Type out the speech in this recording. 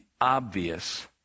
obvious